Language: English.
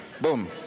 Boom